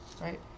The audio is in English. right